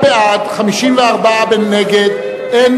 בעד, 10, נגד, 54, אין